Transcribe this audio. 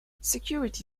security